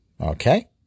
Okay